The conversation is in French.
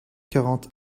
quarante